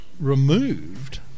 removed